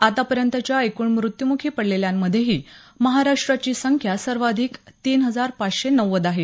आतापर्यंतच्या एकूण मृत्यम्खी पडलेल्यांमधेही महाराष्ट्राची संख्या सर्वाधिक तीन हजार पाचशे नव्वद आहे